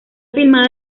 filmada